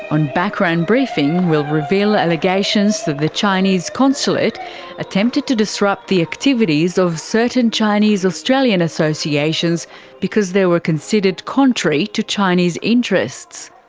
on background briefing we'll reveal allegations that the chinese consulate attempted to disrupt the activities of certain chinese australian associations because they were considered contrary to chinese interests.